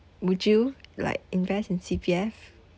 would you like invest in C_P_F